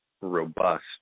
robust